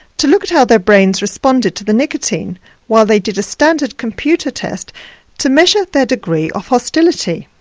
to look at how their brains responded to the nicotine while they did a standard computer test to measure their degree of hostility.